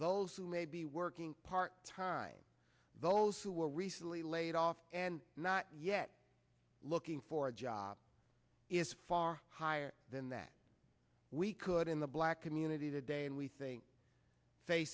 those who may be working part time those who were recently laid off and not yet looking for a job is far higher than that we could in the black community today and we think